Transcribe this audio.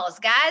guys